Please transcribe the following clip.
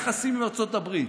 על היחסים עם ארצות הברית,